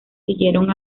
siguieron